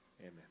Amen